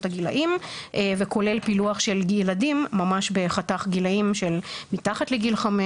הגילאים וזה כולל פילוח של גיל ילדים ממש בחתך גילאים של מתחת לגיל 5,